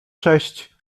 sześć